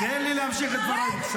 --- סליחה, אתם מפריעים לי.